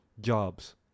jobs